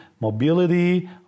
mobility